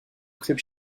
club